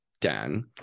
Dan